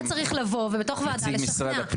אתה צריך לבוא ובתור נציג לשכנע.